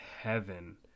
heaven